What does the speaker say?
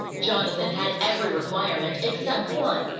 jonathan had every requirement except one,